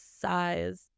size